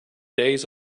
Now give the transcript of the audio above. days